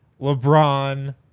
LeBron